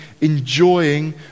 enjoying